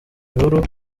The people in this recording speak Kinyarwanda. bihuru